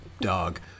dog